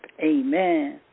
Amen